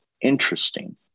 interesting